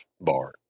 bar